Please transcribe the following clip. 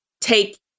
take